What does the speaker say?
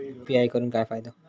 UPI करून काय फायदो?